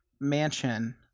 mansion